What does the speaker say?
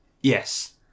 Yes